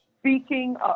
speaking